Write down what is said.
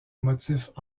motifs